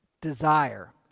Desire